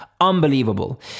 unbelievable